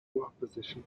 opposition